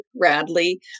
Radley